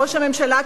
ראש הממשלה,